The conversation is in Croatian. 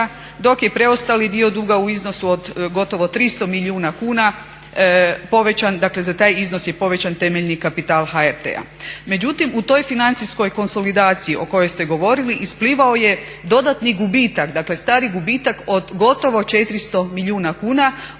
dok je preostali dio duga u iznosu od gotovo 300 milijuna kuna povećan, dakle za taj iznos je povećan temeljni kapital HRT-a. Međutim, u toj financijskoj konsolidaciji o kojoj ste govorili isplivao je dodatni gubitak. Dakle, stari gubitak od gotovo 400 milijuna kuna,